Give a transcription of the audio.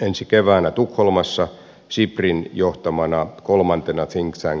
ensi keväänä tukholmassa siprin johtamana kolmantena think tank kokoontumisena